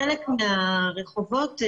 חלק מהרחובות,